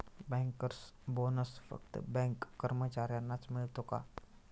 Bankers bonus फक्त bank कर्मचाऱ्यांनाच मिळतो का?